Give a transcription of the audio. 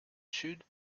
sud